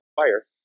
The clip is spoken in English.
fire